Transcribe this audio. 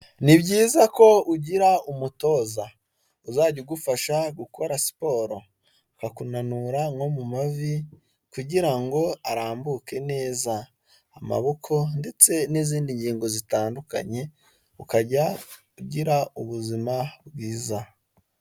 Ni byiza ko ugira umutoza uzajya ugufasha gukora siporo, akakunanura nko mu mavi, kugira ngo arambuke neza, amaboko ndetse n'izindi ngingo zitandukanye, ukajya ugira ubuzima bwiza.